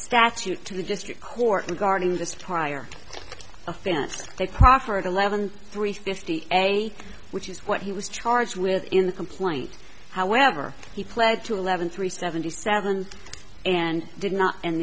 statute to the district court regarding this tire offense they proffered eleven three fifty eight which is what he was charged with in the complaint however he pled to eleven three seventy seven and did not and